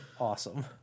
awesome